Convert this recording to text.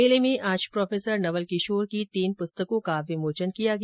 मेले में आज प्रोफेसर नवल किशोर की तीन पुस्तकों का विमोचन किया गया